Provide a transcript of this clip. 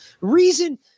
Reason